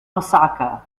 osaka